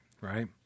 right